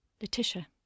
Letitia